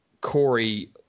Corey